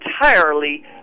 entirely